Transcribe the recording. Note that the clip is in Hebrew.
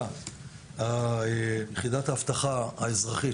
יש יחידת האבטחה האזרחית